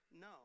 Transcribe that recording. No